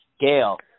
Gail